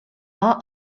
war